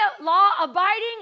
law-abiding